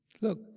Look